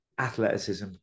athleticism